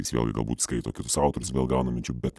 jis vėlgi galbūt skaito kitus autorius vėl gauna minčių bet